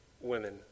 women